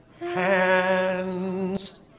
Hands